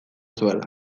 zuela